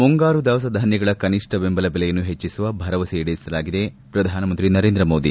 ಮುಂಗಾರು ದವಸ ಧಾನ್ಗಗಳ ಕನಿಷ್ಠ ಬೆಂಬಲ ಬೆಲೆಯನ್ನು ಹೆಚ್ಚಿಸುವ ಭರವಸೆ ಈಡೇರಿಸಲಾಗಿದೆ ಪ್ರಧಾನಮಂತ್ರಿ ನರೇಂದ್ರ ಮೋದಿ